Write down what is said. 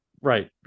Right